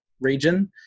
region